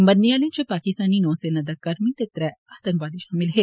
मरने आलें इच पाकिस्तानी नौसेना दा कर्मी ते त्रै आतंकवादी शामल न